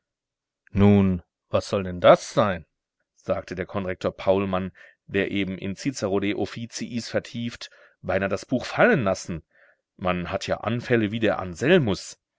nun was soll denn das sein sagte der konrektor paulmann der eben in cicero de officiis vertieft beinahe das buch fallen lassen man hat ja anfälle wie der anselmus